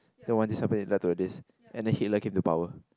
so once it happen it led to this and then Hitler came to power